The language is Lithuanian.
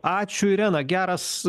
ačiū irena geras